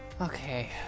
Okay